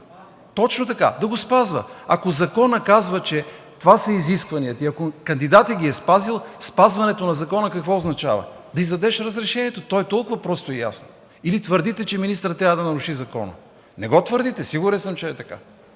Точно така – да го спазва! Ако законът казва, че това са изискванията и ако кандидатът ги е спазил, спазването на закона какво означава – да издадеш разрешението?! То е толкова просто и ясно или твърдите, че министърът трябва да наруши закона? Не го твърдите, сигурен съм, че е така.